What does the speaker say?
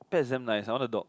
that's damn nice I want a dog